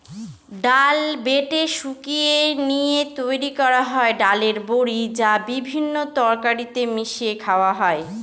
ডাল বেটে শুকিয়ে নিয়ে তৈরি করা হয় ডালের বড়ি, যা বিভিন্ন তরকারিতে মিশিয়ে খাওয়া হয়